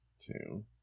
two